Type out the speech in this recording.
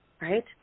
right